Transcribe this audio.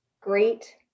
great